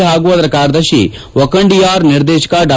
ಪಾಗೂ ಅದರ ಕಾರ್ಯದರ್ಶಿ ಒಕಂಡಿಯಾರ್ ನಿರ್ದೇಶಕ ಡಾ